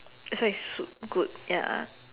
that's why it's so good ya